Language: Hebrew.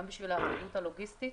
גם בשביל האחידות הלוגיסטית